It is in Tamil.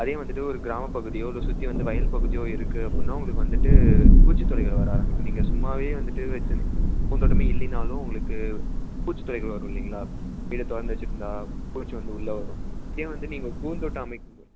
அதே வந்துட்டு ஒரு கிராமப்பகுதியோ இல்லை சுற்றி வந்து வயல் பகுதியோ இருக்குது அப்புடின்னா உங்களுக்கு வந்துட்டு பூச்சித்தொல்லைகள் வர ஆரம்பிக்கும் நீங்கள் சும்மாவே வந்துட்டு வச்சிருந்து பூந்தோட்டமே இல்லைனாலும் உங்களுக்கு பூச்சித்தொல்லைகள் வரும் இல்லைங்களா வீட திறந்தே து வச்சிட்ருந்தா பூச்சி வந்து உள்ள வரும் இதே வந்து நீங்கள் பூந்தோட்டம் அமைக்கும்போது